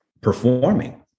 performing